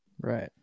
right